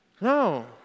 No